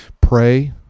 pray